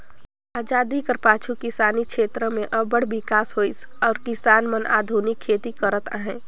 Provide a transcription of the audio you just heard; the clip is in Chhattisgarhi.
अजादी कर पाछू किसानी छेत्र में अब्बड़ बिकास होइस अउ किसान मन आधुनिक खेती करत अहें